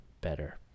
better